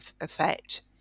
effect